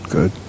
Good